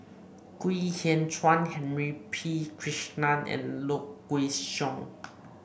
Kwek Hian Chuan Henry P Krishnan and Low Kway Song